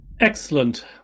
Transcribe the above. excellent